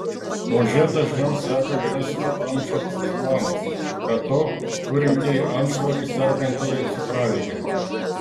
rože dažniau serga vyresnio amžiaus žmonės be to turintieji antsvorį sergantieji cukralige